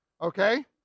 okay